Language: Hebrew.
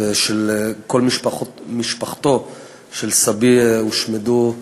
וכל משפחתו של סבי הושמדו,